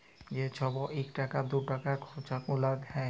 যে ছব ইকটাকা দুটাকার খুচরা গুলা হ্যয়